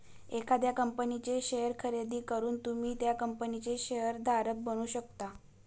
एखाद्या कंपनीचे शेअर खरेदी करून तुम्ही त्या कंपनीचे शेअर धारक बनू शकता